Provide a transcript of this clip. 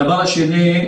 הדבר השני,